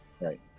Right